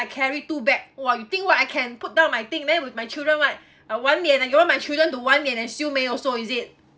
I carry two bag !wah! you think what I can put down my thing there with my children like uh 碗脸 ah you want my children to 碗脸 and 修美 also is it